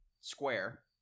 square